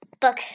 book